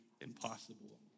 impossible